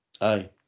Aye